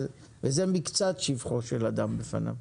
וזה מקצת שבחו של אדם בפניו.